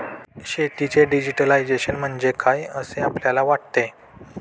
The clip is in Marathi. शेतीचे डिजिटायझेशन म्हणजे काय असे आपल्याला वाटते?